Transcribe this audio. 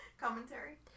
Commentary